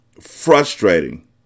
Frustrating